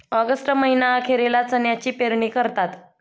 August महीना अखेरीला चण्याची पेरणी करतात